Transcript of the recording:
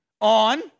On